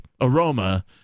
aroma